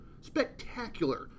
Spectacular